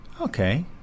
okay